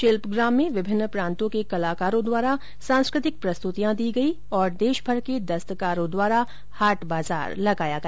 शिल्पग्राम में विभिन्न प्रांतो के कलाकारों द्वारा सांस्कृतिक प्रस्तुतियां दी गई और देशभर के दस्तकारों द्वारा हाट बाजार लगाया गया